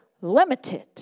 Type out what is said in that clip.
limited